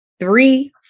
Three